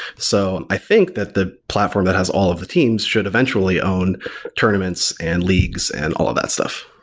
so i think that the platform that has all of the teams should eventually own tournaments and leagues and all of that stuff.